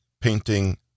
painting